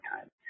time